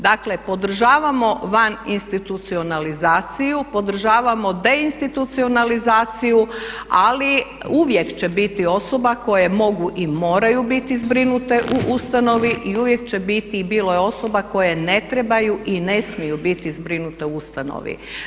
Dakle podržavamo van institucionalizaciju, podržavamo deinstitucionalizaciju ali uvijek će biti osoba koje mogu i moraju biti zbrinute u ustanovi i uvijek će biti i bilo je osoba koje ne trebaju i ne smiju biti zbrinute u ustanovi.